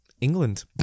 England